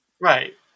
Right